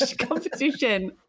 competition